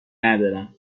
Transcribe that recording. ندارم